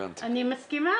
אנחנו לא מקבלים